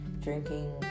drinking